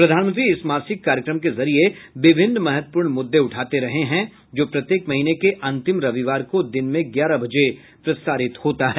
प्रधानमंत्री इस मासिक कार्यक्रम के जरिये विभिन्न महत्वपूर्ण मुद्दे उठाते रहे हैं जो प्रत्येक महीने के अंतिम रविवार को दिन में ग्यारह बजे प्रसारित होता है